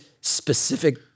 specific